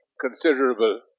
considerable